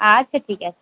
আচ্ছা ঠিক আছে